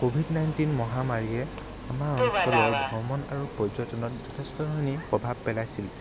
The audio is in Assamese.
ক'ভিড নাইণ্টিন মহামাৰীয়ে আমাৰ অঞ্চলৰ ভ্ৰমণ আৰু পৰ্যটনত যথেষ্টখিনি প্ৰভাৱ পেলাইছিল